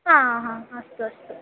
आ हा अस्तु अस्तु